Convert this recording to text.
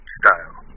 style